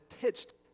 pitched